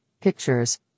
pictures